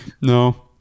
No